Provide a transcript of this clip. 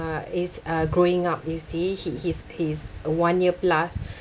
is uh growing up you see he he's he's one year plus